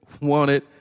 wanted